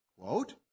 Quote